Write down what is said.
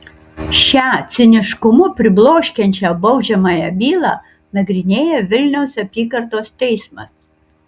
šią ciniškumu pribloškiančią baudžiamąją bylą nagrinėja vilniaus apygardos teismas